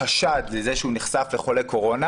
חשד לזה שהוא נחשף לחולי קורונה,